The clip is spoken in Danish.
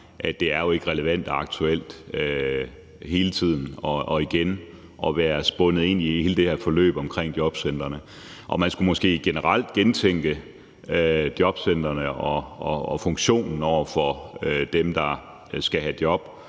at det jo ikke er relevant og aktuelt hele tiden og igen at være spundet ind i hele det her forløb omkring jobcentrene. Og man skulle måske generelt gentænke jobcentrene og funktionen over for dem, der skal have job,